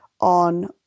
on